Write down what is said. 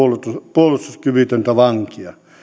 puolustuskyvytöntä vankia